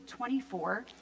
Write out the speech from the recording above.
24